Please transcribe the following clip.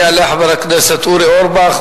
יעלה חבר הכנסת אורי אורבך,